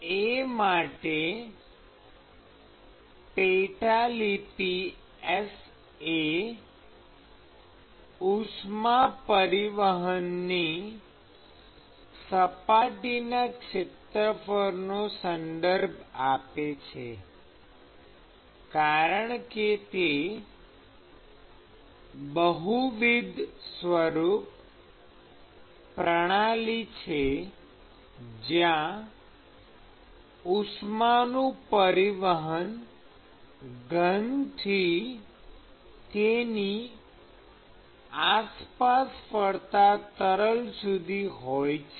A માટે પેટાલિપિ s એ ઉષ્મા પરિવહનની સપાટીના ક્ષેત્રફળનો સંદર્ભ આપે છે કારણ કે તે બહુવિધ સ્વરૂપ પ્રણાલી છે જ્યાં ઉષ્માનું પરિવહન ઘનથી તેની આસપાસ ફરતા તરલ સુધી હોય છે